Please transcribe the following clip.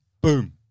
Boom